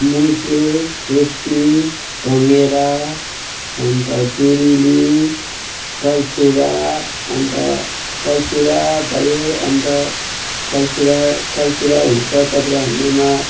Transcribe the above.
मजुर रुपी भङ्गेरा अन्त जुरेली कलचौँडा अन्त कलचौँडा भयो अन्त कलचौँडा कलचौँडा हुन्छ त्यहाँबाट हाम्रोमा